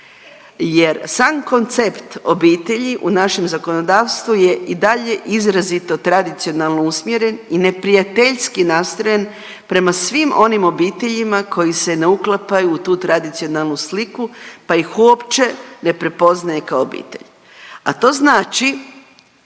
Jer sam koncept obitelji i u našem zakonodavstvu je i dalje izrazito tradicionalno usmjeren i neprijateljski nastrojen prema svim onim obiteljima koji se ne uklapaju u tu tradicionalnu sliku, pa ih uopće ne prepoznaje kao obitelj, a to znači,